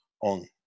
on